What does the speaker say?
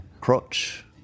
crotch